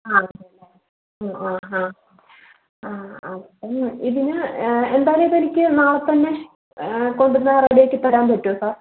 ആ ആ ആഹ് ആഹ് അപ്പോൾ ഇതിന് എന്തായാലും ഇപ്പോൾ എനിക്ക് നാളെ തന്നെ കൊണ്ടുന്നാൽ റെഡി ആക്കി തരാൻ പറ്റുമോ സർ